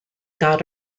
got